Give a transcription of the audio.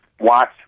watch